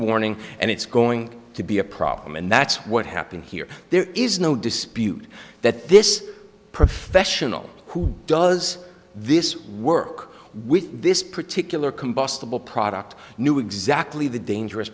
warning and it's going to be a problem and that's what happened here there is no dispute that this professional who does this work with this particular combustible product knew exactly the dangerous